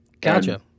Gotcha